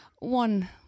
One